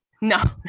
No